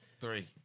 Three